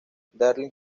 daryl